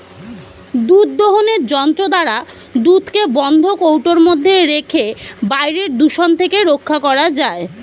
দুধ দোহনের যন্ত্র দ্বারা দুধকে বন্ধ কৌটোর মধ্যে রেখে বাইরের দূষণ থেকে রক্ষা করা যায়